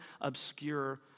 obscure